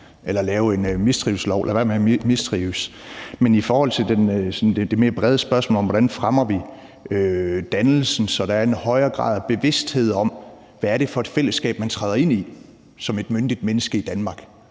være med at mistrives. Men i forhold til det sådan mere brede spørgsmål om, hvordan vi fremmer dannelsen, så der er en højere grad af bevidsthed om, hvad det er for et fællesskab, man som et myndigt menneske i Danmark